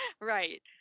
Right